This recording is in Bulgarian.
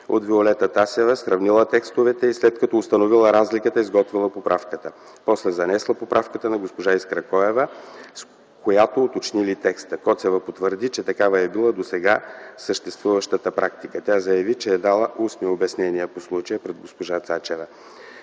от Виолета Тасева, сравнила текстовете и след като установила разликата, изготвила поправката. После занесла поправката на госпожа Искра Коева, с която уточнили текста. Коцева потвърди, че такава е била досега съществуващата практика. Тя заяви, че е дала устни обяснения по случая пред госпожа Цецка